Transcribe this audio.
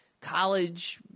college